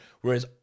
whereas